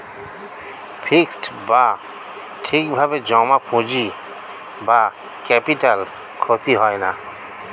fixed বা ঠিক ভাবে জমা পুঁজি বা ক্যাপিটাল ক্ষতি হয় না